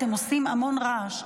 אתם עושים המון רעש.